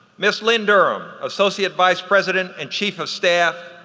ms. lynn durham, associate vice president and chief of staff,